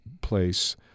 place